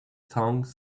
tongue